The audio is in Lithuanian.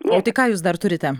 o tai ką jūs dar turite